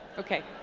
okay.